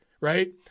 right